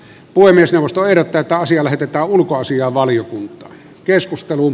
puhemiesneuvosto ehdottaa että asia lähetetään ulkoasiainvaliokuntaan